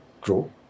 grow